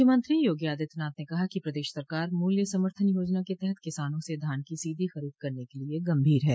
मुख्यमंत्री योगी आदित्यनाथ ने कहा कि प्रदेश सरकार मूल्य समर्थन योजना के तहत किसानों से धान की सीधी खरीद करने के लिये गंभीर है